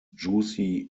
juicy